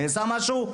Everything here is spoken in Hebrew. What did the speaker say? נעשה משהו?